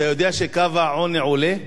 אתה יודע שקו העוני עולה?